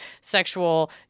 sexual